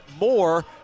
more